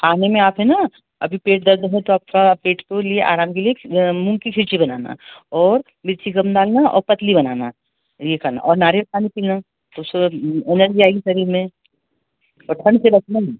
खाने में आप है अभी पेट दर्द है तो आप थोड़ा पेट के लिए आराम के लिए मूंग कि खिचड़ी बनाना और मिर्ची कम डालना और पतली बनाना यह करना और नारियल पानी तो उससे जब एनर्जी आएगी शरीर में और ठंड से बचना भी